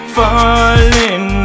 falling